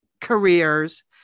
careers